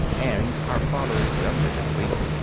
and our father is younger than we.